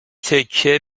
تکه